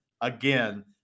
again